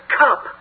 cup